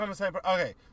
Okay